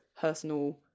personal